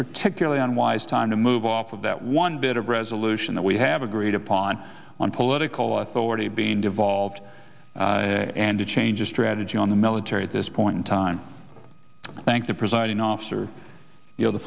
particularly unwise time to move off of that one bit of resolution that we have agreed upon on political authority being devolved and a change of strategy on the military at this point in time thanks to presiding officer you know the